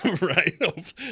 Right